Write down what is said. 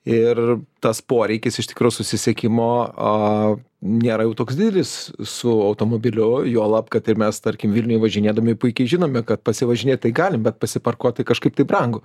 ir tas poreikis iš tikro susisiekimo aaa nėra jau toks didelis su automobiliu juolab kad ir mes tarkim vilniuj važinėdami puikiai žinome kad pasivažinėt tai galim bet pasiparkuot tai kažkaip tai brangu